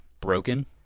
broken